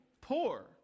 poor